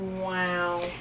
Wow